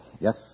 Yes